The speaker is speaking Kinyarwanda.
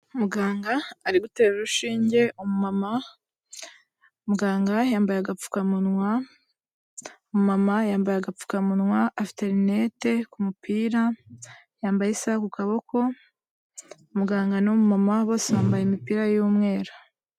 Muganga ari gutera urushinge umumama, muganga yambaye agapfukamunwa, umumama yambaye agapfukamunwa afite rinete ku mupira, yambaye isaha ku kaboko, muganga n'umumama bose bambaye imipira y'umweru.